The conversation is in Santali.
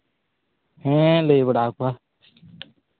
ᱦᱮᱸ ᱞᱟᱹᱭ ᱵᱟᱲᱟᱣ ᱠᱚᱣᱟ